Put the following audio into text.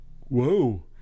Whoa